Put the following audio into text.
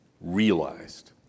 realized